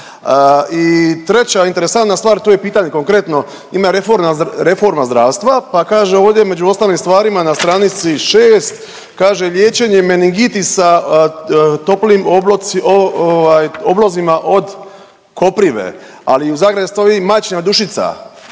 I treća interesantna stvar tu pitanje konkretno ima reforma zdravstva pa kaže ovdje među ostalim stvarima na stranici 6 kaže liječenje meningitisa toplim obloci ovaj oblozima od koprive, ali i u zagradi stoji i majčina dušica.